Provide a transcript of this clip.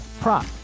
prop